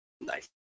Nice